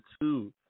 two